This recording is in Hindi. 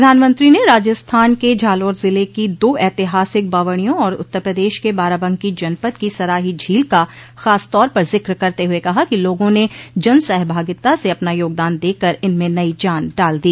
प्रधानमंत्री ने राजस्थान के झालोर जिले की दो ऐतिहासिक बावड़ियों और उत्तर प्रदेश के बाराबंकी जनपद की सराही झील का खास तौर पर जिक्र करते हुए कहा कि लोगों ने जन सहभागिता से अपना योगदान देकर इनमें नयी जान डाल दी